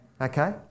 Okay